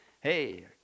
hey